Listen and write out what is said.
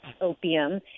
opium